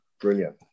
brilliant